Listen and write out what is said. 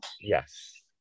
yes